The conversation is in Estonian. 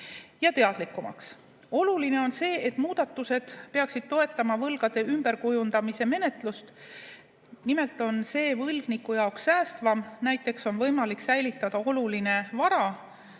ja teadlikumaks. Oluline on see, et muudatused peaksid toetama võlgade ümberkujundamise menetlust. See on võlgniku jaoks säästvam. Näiteks on võimalik säilitada oluline vara,